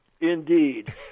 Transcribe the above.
Indeed